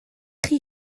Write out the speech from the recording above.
chi